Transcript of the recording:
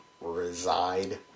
reside